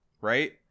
Right